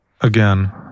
Again